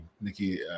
Nikki